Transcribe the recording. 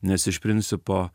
nes iš principo